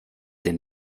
den